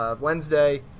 Wednesday